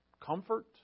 comfort